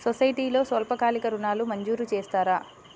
సొసైటీలో స్వల్పకాలిక ఋణాలు మంజూరు చేస్తారా?